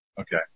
Okay